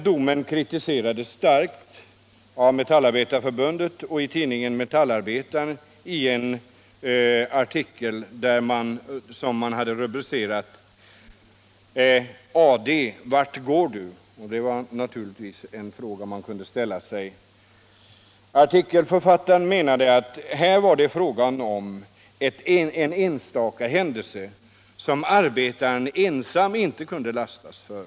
Domen kritiserades starkt av Metallarbetareförbundet i tidningen — 10 november.1976 Metallarbetaren i en artikel med rubriken: AD — vart går du? Artikelförfattaren menade att det här var fråga om en enstaka händelse som : ÅAnställningsskydd, arbetaren ensam inte kunde lastas för.